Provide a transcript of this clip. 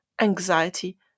anxiety